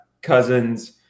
cousins